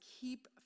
keep